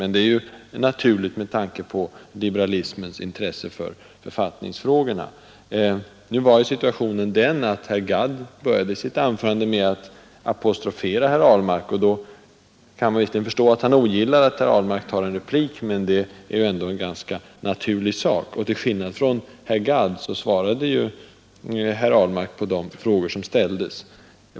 Men det är ju naturligt med tanke på liberalismens intresse för författningsfrågorna. Nu var situationen den att herr Gadd började sitt anförande med att apostrofera herr Ahlmark. Man kan visserligen förstå att han ogillar att herr Ahlmark tog replik, men det är ändå en ganska naturlig sak. Och till skillnad från herr Gadd svarade ju herr Ahlmark på de frågor som ställdes.